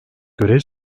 görev